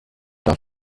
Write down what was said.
darf